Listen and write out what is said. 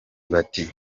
bati